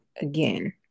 again